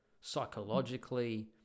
psychologically